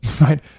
right